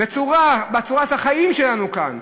בצורת החיים שלנו כאן,